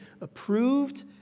approved